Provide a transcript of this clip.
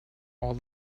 all